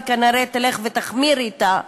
וכנראה תלך ותחמיר אתה,